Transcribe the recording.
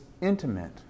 intimate